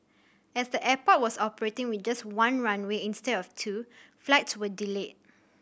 as the airport was operating with just one runway instead of two flights were delayed